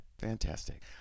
Fantastic